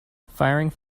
firing